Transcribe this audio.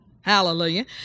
Hallelujah